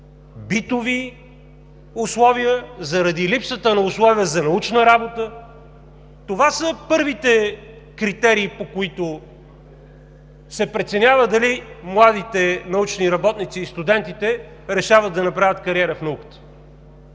битови условия, липсата на условия за научна работа. Това са първите критерии, по които се преценява дали младите научни работници и студентите решават да направят кариера в науката.